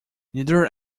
neither